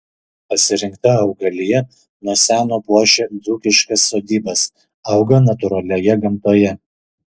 pasirinkta augalija nuo seno puošia dzūkiškas sodybas auga natūralioje gamtoje